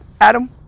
Adam